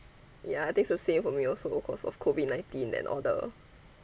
ya I think it's the same for me also cause of COVID nineteen then all the